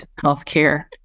healthcare